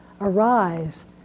arise